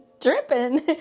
dripping